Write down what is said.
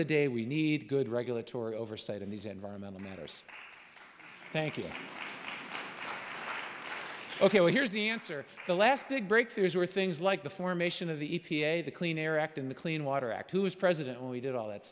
the day we need good regulatory oversight in these environmental matters thank you ok well here's the answer the last big breakthroughs were things like the formation of the e p a the clean air act and the clean water act who was president when we did all that